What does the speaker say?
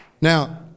Now